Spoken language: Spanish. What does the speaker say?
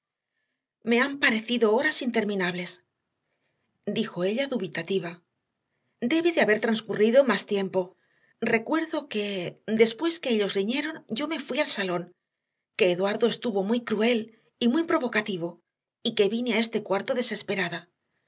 me han parecido horas interminables dijo ella dubitativa debe de haber transcurrido más tiempo recuerdo que después de que ellos riñeron yo me fui al salón que eduardo estuvo muy cruel y muy provocativo y que vine a este cuarto desesperada